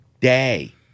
day